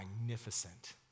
magnificent